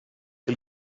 que